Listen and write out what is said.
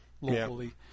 locally